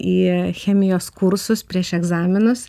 į chemijos kursus prieš egzaminus